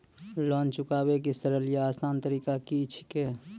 Loan चुकाबै के सरल या आसान तरीका की अछि?